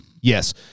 Yes